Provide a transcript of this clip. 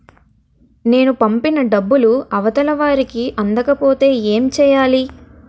నేను పంపిన డబ్బులు అవతల వారికి అందకపోతే ఏంటి చెయ్యాలి?